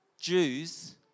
Jews